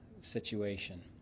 situation